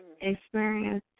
experience